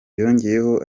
yongeyeho